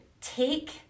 take